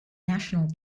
national